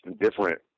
different